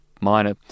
minor